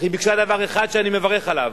אך היא ביקשה דבר אחד שאני מברך עליו,